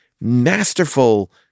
masterful